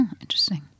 Interesting